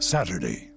Saturday